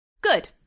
Good